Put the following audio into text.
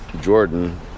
Jordan